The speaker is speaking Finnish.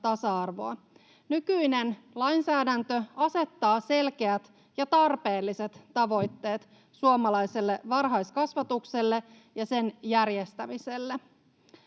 tasa-arvoa. Nykyinen lainsäädäntö asettaa selkeät ja tarpeelliset tavoitteet suomalaiselle varhaiskasvatukselle ja sen järjestämiselle.